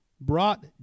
brought